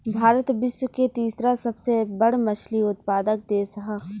भारत विश्व के तीसरा सबसे बड़ मछली उत्पादक देश ह